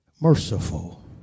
merciful